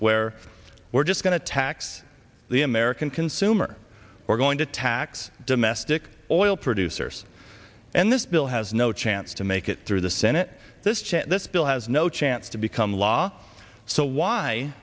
where we're just going to tax the american consumer we're going to tax domestic oil producers and this bill has no chance to make it through the senate this chip this bill has no chance to become law so why